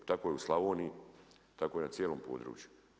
Tako je u Slavoniji, tako je na cijelom području.